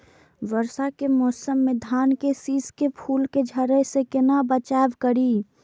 वर्षा के मौसम में धान के शिश के फुल के झड़े से केना बचाव करी?